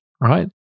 right